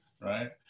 right